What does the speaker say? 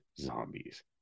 zombies